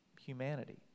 humanity